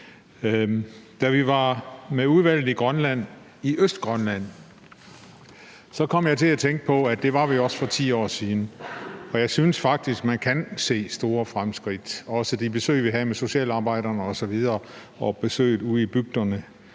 – det var i Østgrønland – kom jeg til at tænke på, at det var vi også for 10 år siden. Og jeg synes faktisk, man kan se store fremskridt, bl.a. også med de besøg, vi havde, hos socialarbejderne osv., og med besøgene ude i bygderne.